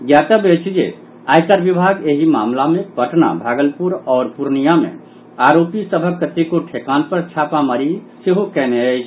ज्ञातव्य अछि जे आयकर विभाग एहि मामिला मे पटना भागलुपर आओर पूर्णियां मे आरोपी सभक कतेको ठेकान पर छापामारी सेहो कयने अछि